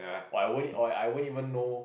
or I won't or I won't even know